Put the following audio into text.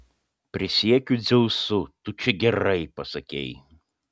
prisiekiu dzeusu tu čia gerai pasakei